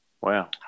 wow